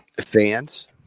fans